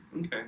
Okay